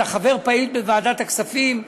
אתה חבר פעיל בוועדת הכספים,